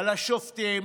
על השופטים